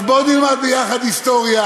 אז בוא נלמד יחד היסטוריה,